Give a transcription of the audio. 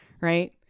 right